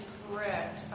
correct